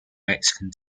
mexican